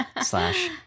slash